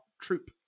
troop